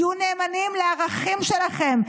תהיו נאמנים לערכים שלכם.